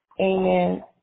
amen